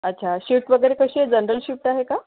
अच्छा शिफ्ट वगैरे कशी आहे जनरल शिफ्ट आहे का